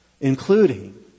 including